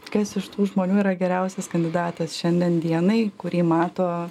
kas iš tų žmonių yra geriausias kandidatas šiandien dienai kurį mato